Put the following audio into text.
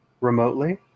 remotely